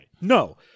No